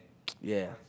ya